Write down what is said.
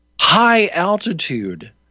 high-altitude